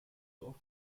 dorf